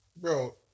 bro